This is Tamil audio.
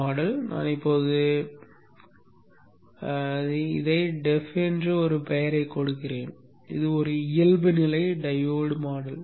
மாடல் நான் இப்போது டெஃப் என்று ஒரு பெயரைக் கொடுக்கிறேன் இது ஒரு இயல்புநிலை டையோடு மாடல்